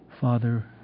Father